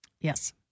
Yes